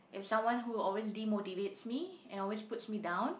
if someone who always demotivates me and always puts me down